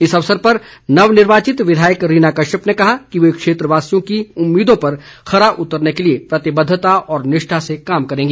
इस अवसर पर नवनिर्वाचित विधायक रीना कश्यप ने कहा कि वे क्षेत्रवासियों की उम्मीदों पर खरा उतरने के लिए प्रतिबद्धता व निष्ठा से कार्य करेंगी